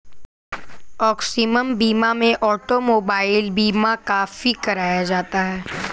आकस्मिक बीमा में ऑटोमोबाइल बीमा काफी कराया जाता है